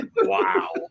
Wow